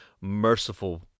merciful